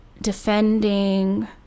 defending